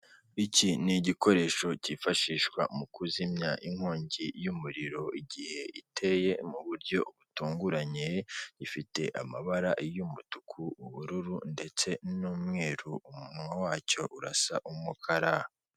Iki ni igikoresho kifashishwa mu kuzimya inkongi y'umuriro, igihe iteye mu buryo butunguranye gifite amabara y'umutuku, ubururu ndetse n'umweru, umunwa wacyo urasa umukara.